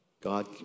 God